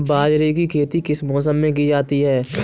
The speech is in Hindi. बाजरे की खेती किस मौसम में की जाती है?